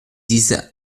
diese